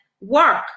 work